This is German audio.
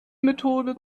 methode